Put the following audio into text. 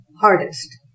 hardest